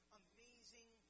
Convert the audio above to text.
amazing